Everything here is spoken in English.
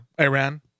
Iran